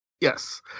Yes